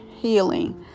Healing